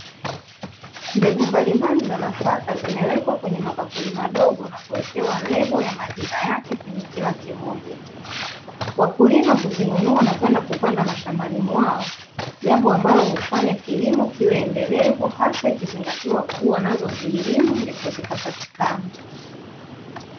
Mbegu mbalimbali za nafaka, zimewekwa kwenye mabakuli madogo na kuwekewa lebo ya majina yake kwenye kila kimoja. Wakulima huzinunua na kwenda kupanda mashambani mwao, jambo ambalo hufanya kilimo kiwe endelevu hasa ikizingatiwa kuwa nazo zililimwa ndipo zikapatikana.